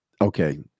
okay